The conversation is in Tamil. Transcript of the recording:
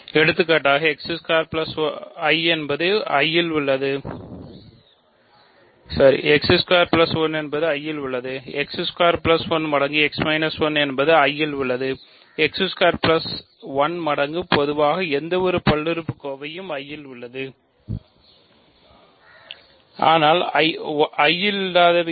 எடுத்துக்காட்டாக 1 என்பது I இல் உள்ளது 1 மடங்கு x 1 என்பது I இல் உள்ளது 1 மடங்கு பொதுவாக எந்தவொரு பல்லுறுப்புக்கோவையும் I இல் உள்ளது ஆனால் Iல் இல்லாதவை என்ன